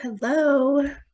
Hello